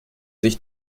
sich